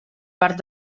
part